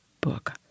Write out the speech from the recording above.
book